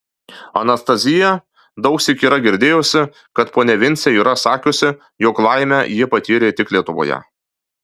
anastazija daugsyk yra girdėjusi kad ponia vincė yra sakiusi jog laimę ji patyrė tik lietuvoje